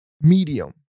medium